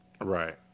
Right